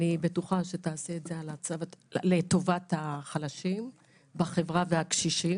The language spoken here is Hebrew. אני בטוחה שתעשה את זה לטובת החלשים בחברה והקשישים.